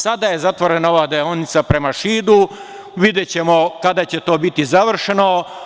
Sada je zatvorena ova deonica prema Šidu, videćemo kada će to biti završeno.